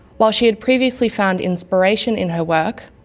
while she had previously found inspiration in her work,